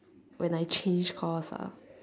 when I change course ah